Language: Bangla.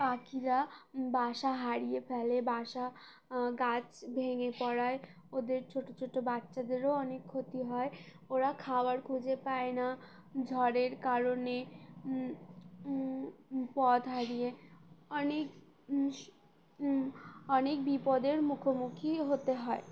পাখিরা বাসা হারিয়ে ফেলে বাসা গাছ ভেঙে পড়ায় ওদের ছোটো ছোটো বাচ্চাদেরও অনেক ক্ষতি হয় ওরা খাবার খুঁজে পায় না ঝড়ের কারণে পথ হারিয়ে অনেক অনেক বিপদের মুখোমুখি হতে হয়